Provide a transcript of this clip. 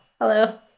Hello